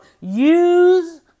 Use